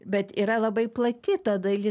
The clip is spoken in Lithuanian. bet yra labai plati ta dalis